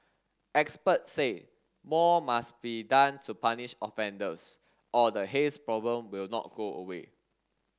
experts say more must be done to punish offenders or the haze problem will not go away